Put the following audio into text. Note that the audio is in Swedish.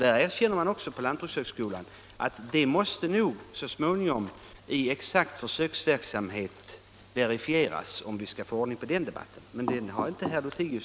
Det erkänner man också på lantbrukshögskolan, där man säger att man så småningom måste i exakt försöksverksamhet verifiera vad man nu tror, om man skall få någon ordning på den debatten. Men den saken nämnde inte herr Lothigius.